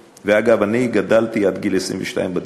ואגב, אני גדלתי עד גיל 22 בדיור הציבורי.